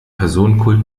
personenkult